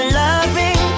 loving